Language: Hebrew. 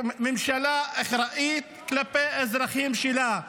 ממשלה אחראית כלפי האזרחים שלה.